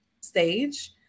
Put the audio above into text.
stage